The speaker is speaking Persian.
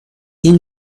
این